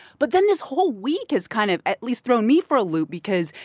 but then this whole week has kind of at least thrown me for a loop because,